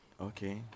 Okay